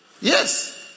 Yes